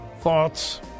thoughts